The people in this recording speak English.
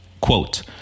Quote